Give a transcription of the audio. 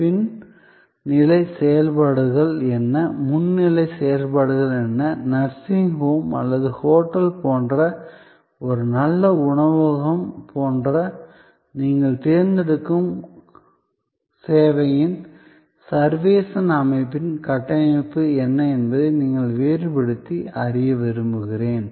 பின் நிலை செயல்பாடுகள் என்ன முன் நிலை செயல்பாடுகள் என்ன நர்சிங் ஹோம் அல்லது ஹோட்டல் போன்ற ஒரு நல்ல உணவகம் போன்ற நீங்கள் தேர்ந்தெடுக்கும் சேவையின் சர்வேஷன் அமைப்பின் கட்டமைப்பு என்ன என்பதை நீங்கள் வேறுபடுத்தி அறிய விரும்புகிறேன்